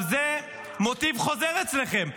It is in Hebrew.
זה מוטיב חוזר אצלכם.